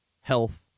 Health